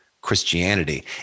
Christianity